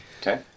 Okay